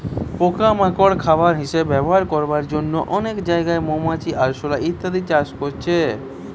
পোকা মাকড় খাবার হিসাবে ব্যবহার করবার জন্যে অনেক জাগায় মৌমাছি, আরশোলা ইত্যাদি চাষ করছে